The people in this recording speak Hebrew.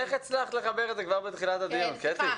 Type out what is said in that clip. איך הצלחת לחבר את זה כבר בתחילת הדיון, קטי?